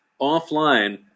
offline